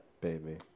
Baby